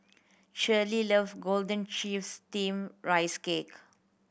Cheryle love golden chives Steamed Rice Cake